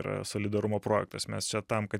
yra solidarumo projektas mes čia tam kad